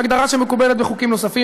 זו הגדרה שמקובלת בחוקים נוספים,